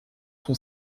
son